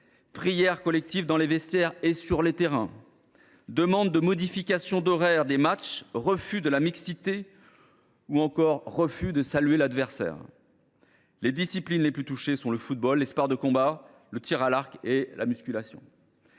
prières collectives dans les vestiaires et sur les terrains, demandes de modification de l’horaire des matchs, rejet de la mixité, ou encore refus de saluer l’adversaire. Les disciplines les plus touchées sont le football, les sports de combat, le tir à l’arc et la musculation.